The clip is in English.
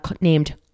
named